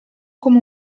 come